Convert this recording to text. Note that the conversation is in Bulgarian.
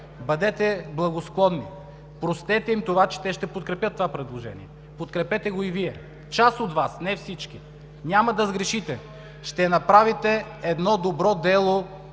бъдете благосклонни, простете им това, че те ще подкрепят това предложение, подкрепете го и Вие – част от Вас, не всички. Няма да сгрешите, ще направите едно добро дело